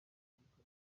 unguka